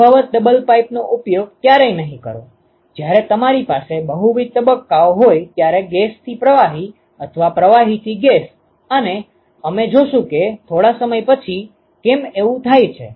સંભવત ડબલ પાઇપનો ઉપયોગ ક્યારેય નહીં કરો જ્યારે તમારી પાસે બહુવિધ તબક્કાઓ હોય ત્યારે ગેસથી પ્રવાહી અથવા પ્રવાહીથી ગેસ અને અમે જોશું કે થોડા સમય પછી કેમ એવું થાય છે